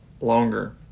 longer